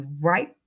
right